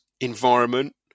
environment